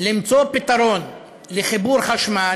למצוא פתרון לחיבור חשמל,